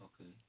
Okay